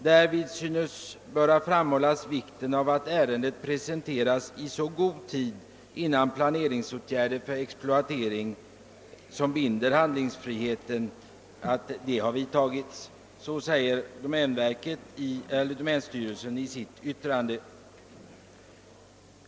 Därvid synes böra framhållas vikten av att ärendet presenteras i god tid innan planeringsåtgärder för exploa tering som binder handlingsfriheten vidtagits.> Så säger alltså domänstyrelsen i sitt yttrande.